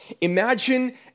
Imagine